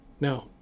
Now